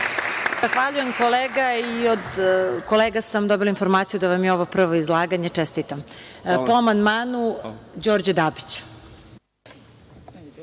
Zahvaljujem kolega. Od kolega sam dobila informaciju da vam je ovo prvo izlaganje. Čestitam. Po amandmanu Đorđe Dabić.